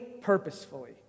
purposefully